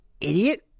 idiot